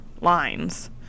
lines